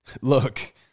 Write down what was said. Look